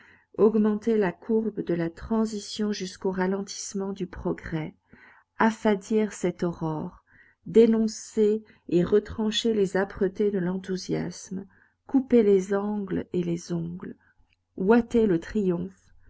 augmenter la courbe de la transition jusqu'au ralentissement du progrès affadir cette aurore dénoncer et retrancher les âpretés de l'enthousiasme couper les angles et les ongles ouater le triomphe